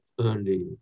early